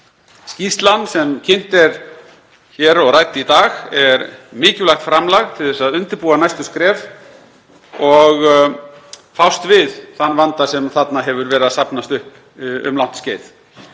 Skýrslan sem kynnt er hér og rædd í dag er mikilvægt framlag til að undirbúa næstu skref og fást við þann vanda sem þarna hefur verið að safnast upp um langt skeið.